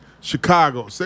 Chicago